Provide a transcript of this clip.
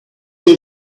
your